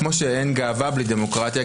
כמו שאין אהבה בלי דמוקרטיה,